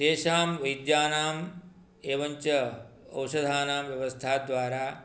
तेषां वैद्यानां एवञ्च औशधानां व्यवस्थाद्वारा